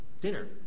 dinner